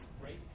great